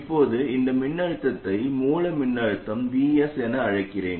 இப்போது இந்த மின்னழுத்தத்தை மூல மின்னழுத்தம் Vs என அழைக்கிறேன்